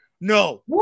No